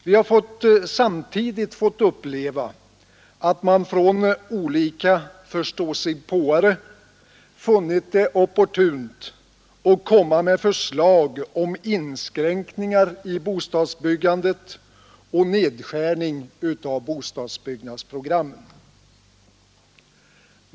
Vi har samtidigt fått uppleva att olika förståsigpåare funnit det opportunt att komma med förslag om inskränkningar i bostadsbyggandet och nedskärning av bostadsprogrammen.